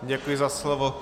Děkuji za slovo.